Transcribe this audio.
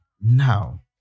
Now